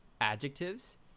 adjectives